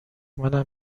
منم